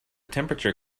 temperature